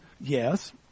Yes